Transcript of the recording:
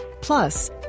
Plus